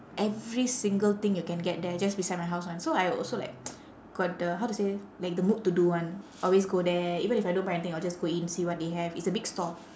every single thing you can get there just beside my house [one] so I also like got the how to say like the mood to do [one] always go there even if I don't buy anything I will just go in see what they have it's a big store